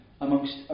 amongst